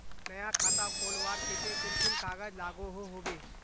नया खाता खोलवार केते कुन कुन कागज लागोहो होबे?